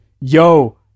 yo